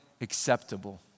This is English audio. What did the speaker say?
acceptable